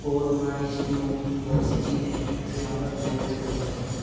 korma stew بہت سی چیزیں ہیں جو یہاں پر لوگوں کو بہت پسند ہیں